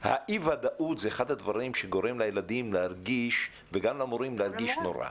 אי-ודאות זה אחד הילדים שגורם לילדים וגם למורים להרגיש נורא.